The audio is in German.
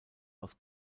aus